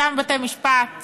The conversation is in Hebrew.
אותם בתי משפט